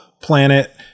planet